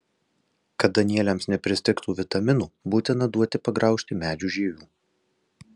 kad danieliams nepristigtų vitaminų būtina duoti pagraužti medžių žievių